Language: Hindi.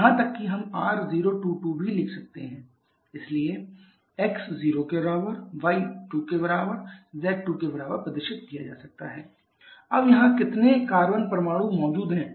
यहां तक कि हम R022 भी लिख सकते हैं इसलिए x 0 y 2 z 2 अब यहाँ कितने कार्बन परमाणु मौजूद हैं